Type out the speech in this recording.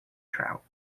trout